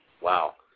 Wow